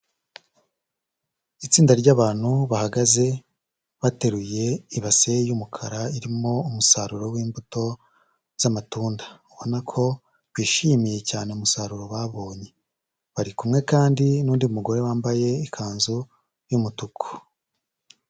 Itsinda ry'abantu bahagaze, bateruye ibase y'umukara irimo umusaruro w'imbuto z'amatunda. Ubona ko bishimiye cyane umusaruro babonye. Bariku kandi n'undi, n'undi mugore wambaye ikanzu y'umutuku.